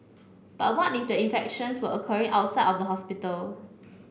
but what if the infections were occurring outside of the hospital